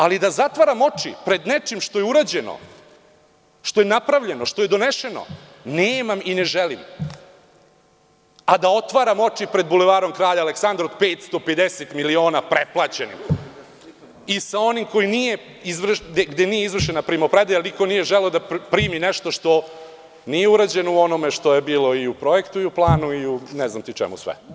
Ali, da zatvaram oči pred nečim što je urađeno, što je napravljeno, što je donešeno, nemam i ne želim, a da otvaram oči pred Bulevarom kralja Aleksandra od 550 miliona preplaćenim i sa onim gde nije izvršena primopredaja jer niko nije želeo da primi nešto što nije urađeno u onome što je bilo i u projektu i u planu i u ne znam čemu sve.